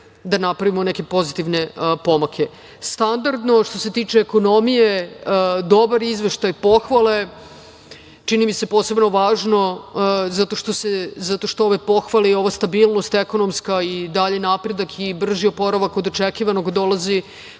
da napravimo neke pozitivne pomake. Standardno, što se tiče ekonomije. Dobar izveštaj, pohvale. Čini mi se posebno važno zato što ove pohvale i ova stabilnost ekonomska i dalji napredak i brži oporavak od očekivanog dolazi